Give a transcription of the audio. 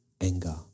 anger